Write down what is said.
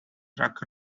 track